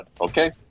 okay